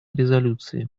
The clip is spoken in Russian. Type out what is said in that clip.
резолюции